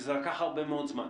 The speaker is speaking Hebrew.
שזה לקח הרבה מאוד זמן.